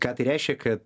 ką tai reiškia kad